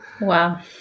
wow